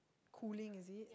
cooling is it